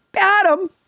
Adam